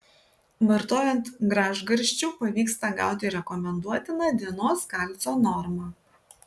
vartojant gražgarsčių pavyksta gauti rekomenduotiną dienos kalcio normą